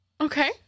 Okay